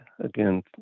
Again